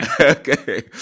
okay